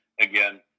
again